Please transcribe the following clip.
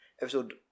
episode